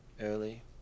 early